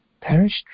perished